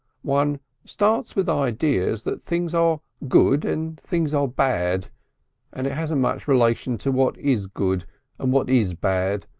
one starts with ideas that things are good and things are bad and it hasn't much relation to what is good and what is bad.